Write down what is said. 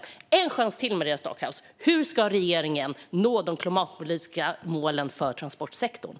Maria Stockhaus får en chans till att svara på hur regeringen ska nå de klimatpolitiska målen för transportsektorn.